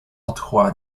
otchła